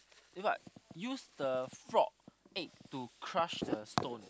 what use the frog egg to crush the stone